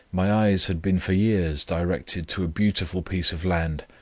my eyes had been for years directed to a beautiful piece of land,